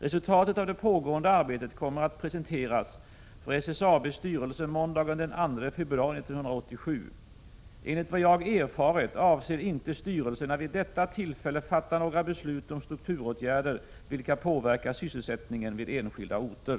Resultatet av det pågående arbetet kommer att presenteras för SSAB:s styrelse måndagen den 2 februari 1987. Enligt vad jag erfarit avser styrelsen inte att vid detta tillfälle fatta några beslut om strukturåtgärder, vilka påverkar sysselsättningen på enskilda orter.